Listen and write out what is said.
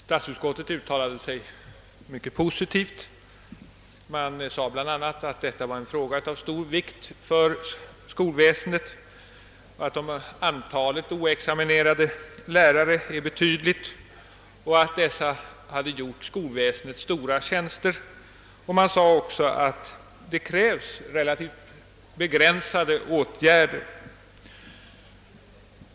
Statsutskottet uttalade sig mycket positivt och sade bl.a. att detta var en fråga av stor vikt för skolväsendet, att antalet outexaminerade lärare var betydande och att dessa hade gjort skolväsendet stora tjänster. Utskottet ansåg också att det krävdes relativt begränsade åtgärder.